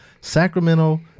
Sacramento